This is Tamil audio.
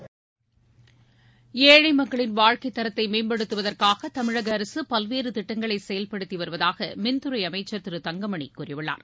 ஏழை மக்களின் வாழ்க்கைத் தரத்தை மேம்படுத்துவதற்காக தமிழக அரசு பல்வேறு திட்டங்களை செயல்படுத்தி வருவதாக மின்துறை அமைச்சர் திரு தங்கமணி கூறியுள்ளார்